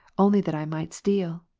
only that i might steal.